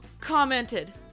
commented